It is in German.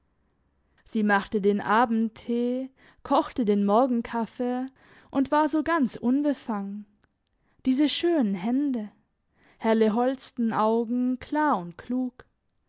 sie machte den abendtee kochte den morgenkaffee und war so ganz unbefangen diese schönen hände helle holstenaugen klar und klug